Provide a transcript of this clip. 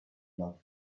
not